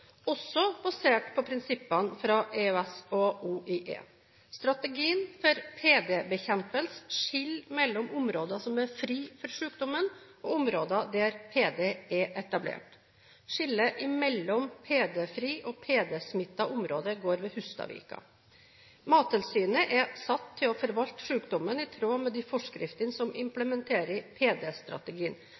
også basert på prinsippene fra EØS og OIE. Strategien for PD-bekjempelse skiller mellom områder som er fri for sykdommen, og områder der PD er etablert. Skillet mellom PD-fritt og PD-smittet område går ved Hustadvika. Mattilsynet er satt til å forvalte sykdommen i tråd med de forskriftene som implementerer